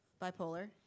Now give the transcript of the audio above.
bipolar